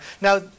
Now